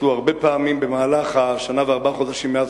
הרבה פעמים במהלך השנה וארבעה חודשים מאז